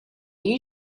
you